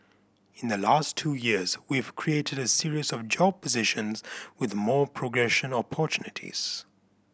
in the last two years we've created a series of job positions with more progression opportunities